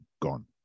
gone